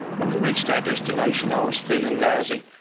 when we reached our destination i was feeling lousy,